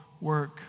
work